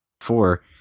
four